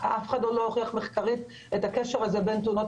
אף אחד עוד לא הוכיח מחקרית את הקשר הזה בין תאונות